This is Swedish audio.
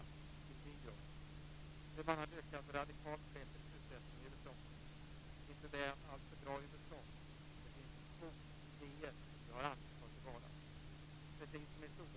Däremot kan jag kanske inte påstå att jag blev så mycket klokare av svaret på den fråga jag har ställt.